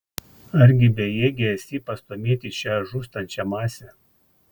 argi bejėgė esi pastūmėti šią žūstančią masę